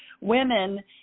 women